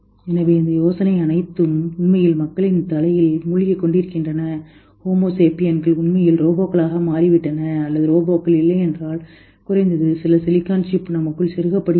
எனவே இந்த யோசனை அனைத்தும் உண்மையில் மக்களின் தலையில் மூழ்கிக் கொண்டிருக்கின்றன ஹோமோ சேபியன்கள் உண்மையில் ரோபோக்களாக மாறிவிட்டனவா அல்லது ரோபோக்கள் இல்லையென்றால் குறைந்தது சில சிலிக்கான் சிப் நமக்குள் செருகப்படுகின்றன